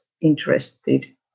interested